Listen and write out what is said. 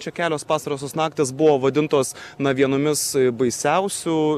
čia kelios pastarosios naktys buvo vadintos na vienomis baisiausių